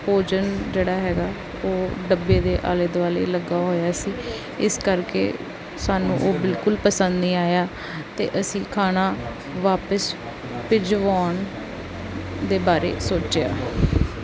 ਭੋਜਨ ਜਿਹੜਾ ਹੈਗਾ ਉਹ ਡੱਬੇ ਦੇ ਆਲੇ ਦੁਆਲੇ ਲੱਗਾ ਹੋਇਆ ਸੀ ਇਸ ਕਰਕੇ ਸਾਨੂੰ ਉਹ ਬਿਲਕੁਲ ਪਸੰਦ ਨਹੀਂ ਆਇਆ ਅਤੇ ਅਸੀਂ ਖਾਣਾ ਵਾਪਸ ਭਿਜਵਾਉਣ ਦੇ ਬਾਰੇ ਸੋਚਿਆ